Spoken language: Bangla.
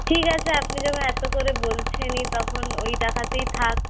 ঠিক আছে আপনি যখন এতো করে বলেছেনই তখন ওই টাকাতেই থাক